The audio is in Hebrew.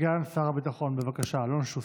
סגן שר הביטחון אלון שוסטר,